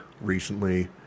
recently